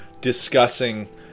discussing